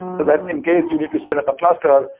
so that in case you need to spin up a cluster,